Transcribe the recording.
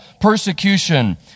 persecution